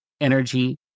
energy